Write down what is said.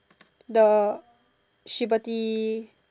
the Shiberty